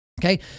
okay